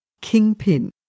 kingpin